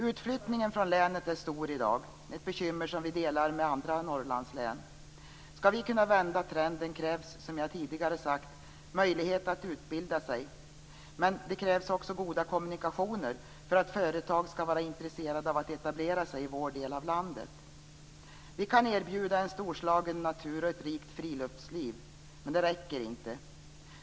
Utflyttningen från länet är stor i dag, ett bekymmer som vi delar med andra Norrlandslän. Skall vi kunna vända trenden krävs som jag tidigare sagt möjlighet att utbilda sig, men det krävs också goda kommunikationer för att företag skall vara intresserade av att etablera sig i vår del av landet. Vi kan erbjuda en storslagen natur och ett rikt friluftsliv, men det räcker inte.